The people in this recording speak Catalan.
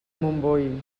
montbui